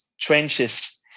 trenches